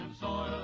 soil